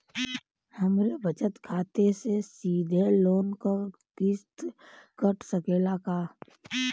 हमरे बचत खाते से सीधे लोन क किस्त कट सकेला का?